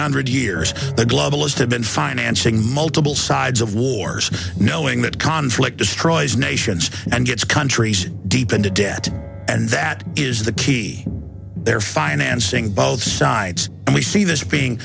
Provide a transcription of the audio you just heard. hundred years the globalist have been financing multiple sides of wars knowing that conflict destroys nations and gets countries deep into debt and that is the key their financing both sides and we see this being